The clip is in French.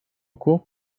cours